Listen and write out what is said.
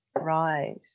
Right